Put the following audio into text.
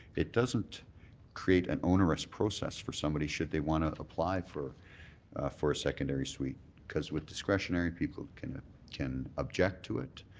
it doesn't create an onerous process for somebody should they want to apply for for a secondary suite cause with discretionary people can ah can object to it,